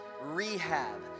Rehab